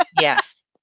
Yes